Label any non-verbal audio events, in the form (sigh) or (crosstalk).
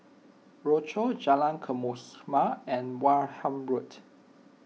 Rochor Jalan (unintelligible) and Wareham Road